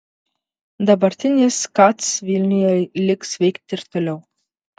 dabartinis kac vilniuje liks veikti ir toliau